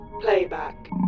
playback